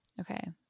Okay